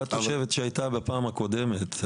אותה תושבת שהייתה בפעם הקודמת,